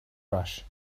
rush